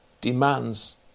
demands